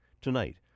Tonight